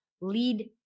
lead